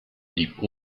blieb